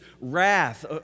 wrath